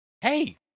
hey